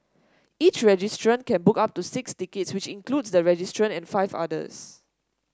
each registrant can book up to six tickets which includes the registrant and five others